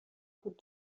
بود